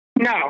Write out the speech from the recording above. No